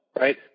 right